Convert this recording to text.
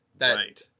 right